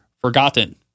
forgotten